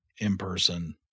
in-person